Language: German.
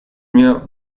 mir